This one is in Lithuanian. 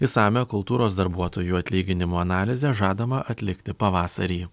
išsamią kultūros darbuotojų atlyginimų analizę žadama atlikti pavasarį